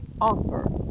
offer